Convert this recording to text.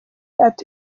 ati